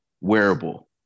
wearable